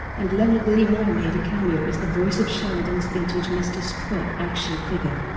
and leonard nimoy made a cameo as the voice of sheldon's vintage mr. spock action figure.